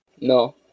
No